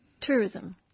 tourism